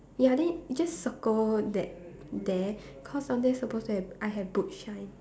ya then just circle that there cause down there supposed to have I have boot shine